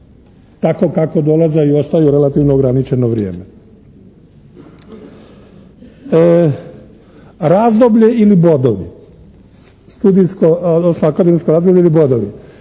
tako kako dolaze i ostaju relativno ograničeno vrijeme. Razdoblje ili bodovi. Studijsko odnosno akademsko razdoblje ili bodovi?